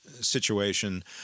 situation